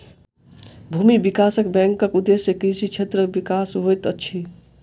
भूमि विकास बैंकक उदेश्य कृषि क्षेत्रक विकास होइत अछि